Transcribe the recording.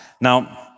Now